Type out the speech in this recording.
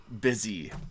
busy